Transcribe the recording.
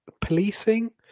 policing